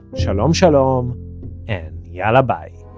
shalom shalom and yalla bye.